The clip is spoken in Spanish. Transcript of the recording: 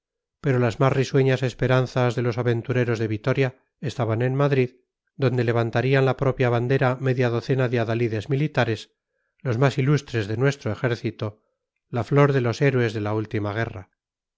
pero las más risueñas esperanzas de los aventureros de vitoria estaban en madrid donde levantarían la propia bandera media docena de adalides militares los más ilustres de nuestro ejército la flor de los héroes de la última guerra